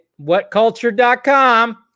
whatculture.com